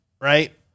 right